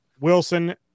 Wilson